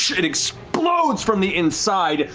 it explodes from the inside,